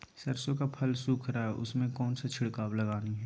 सरसो का फल सुख रहा है उसमें कौन सा छिड़काव लगानी है?